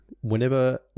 whenever